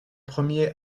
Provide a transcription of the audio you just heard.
premier